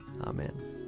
Amen